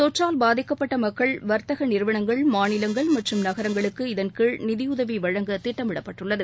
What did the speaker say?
தொற்றால் பாதிக்கப்பட்ட மக்கள் வர்த்தக நிறுவனங்கள் மாநிலங்கள் மற்றும் நகரங்களுக்கு இதன்கீழ் நிதியுதவி வழங்க திட்டமிடப்பட்டுள்ளது